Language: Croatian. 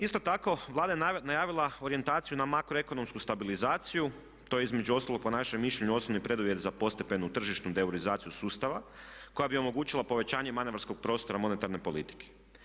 Isto tako Vlada je najavila orijentaciju na makroekonomsku stabilizaciju, to je između ostalog po našem mišljenju osnovni preduvjet za postepenu tržišnu devalorizaciju sustava koja bi omogućila povećanje manevarskog prostora monetarne politike.